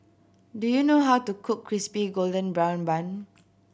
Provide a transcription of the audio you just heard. do you know how to cook Crispy Golden Brown Bun